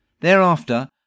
Thereafter